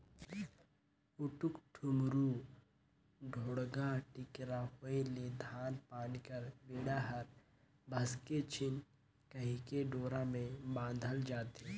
उटुक टुमुर, ढोड़गा टिकरा होए ले धान पान कर बीड़ा हर भसके झिन कहिके डोरा मे बाधल जाथे